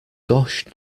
gosh